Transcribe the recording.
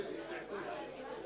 כך שאדוני אולי צודק, אבל זה לא קשור